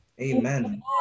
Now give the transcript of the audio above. Amen